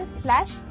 slash